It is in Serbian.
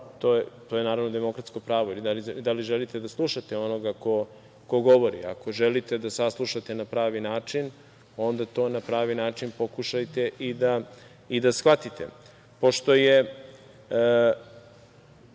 to je naravno demokratsko pravo ili da li želite da slušate onoga ko govori. Ako želite da saslušate na pravi način, onda to na pravi način pokušajte i da shvatite. Ja neću